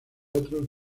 otros